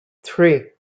three